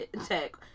attack